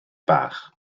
bach